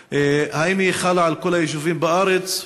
3. האם היא חלה על כל היישובים בארץ?